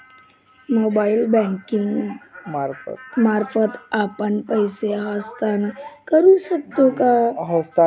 Mobile banking मार्फत आपण पैसे हस्तांतरण करू शकतो का?